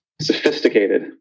sophisticated